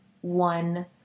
one